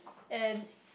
and